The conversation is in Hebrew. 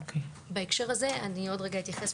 בהקשר הזה אני עוד רגע אתייחס,